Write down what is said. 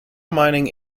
mining